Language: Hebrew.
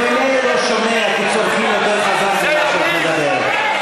אני ממילא לא שומע כי צורחים יותר חזק ממה שאת מדברת.